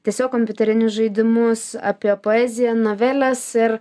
tiesiog kompiuterinius žaidimus apie poeziją noveles ir